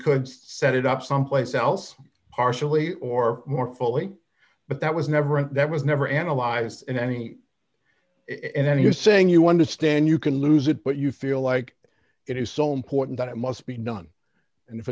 could set it up someplace else partially or more fully but that was never and that was never analyze in any if you're saying you understand you can lose it but you feel like it is so important that it must be done and if